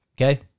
Okay